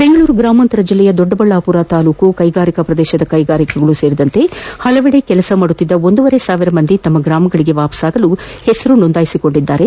ಬೆಂಗಳೂರು ಗ್ರಾಮಾಂತರ ಜಿಲ್ಲೆಯ ದೊಡ್ಡಬಳ್ಳಾಪುರ ತಾಲ್ಲೂಕಿನ ಕೈಗಾರಿಕಾ ಪ್ರದೇಶದ ಕೈಗಾರಿಕೆಗಳು ಸೇರಿದಂತೆ ವಿವಿಧಡೆ ಕೆಲಸ ಮಾಡುತ್ತಿದ್ದ ಒಂದೂವರೆ ಸಾವಿರದ ಮಂದಿ ತಮ್ನ ಸ್ತಗ್ರಾಮಗಳಿಗೆ ಒಂದಿರುಗಲು ಹೆಸರುಗಳನ್ನು ನೋಂದಾಯಿಸಿಕೊಂಡಿದ್ದು